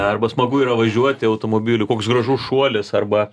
arba smagu yra važiuoti automobiliu koks gražus šuolis arba